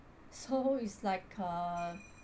so is like a